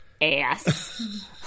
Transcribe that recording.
Ass